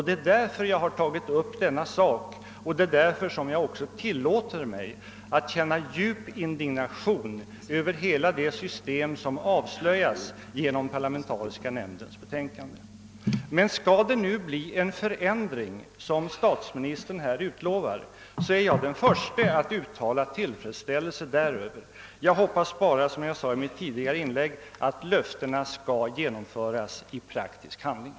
Det är därför jag har tagit upp denna fråga och det är därför jag också tillåter mig att känna djup indignation över hela det system som avslöjas ge Skall det nu bli en förändring, som statsministern här utlovar, är jag den förste att uttala tillfredsställelse däröver. Jag hoppas bara, som jag sade i mitt tidigare inlägg, att löftena skall genomföras i praktisk handling.